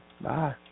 Bye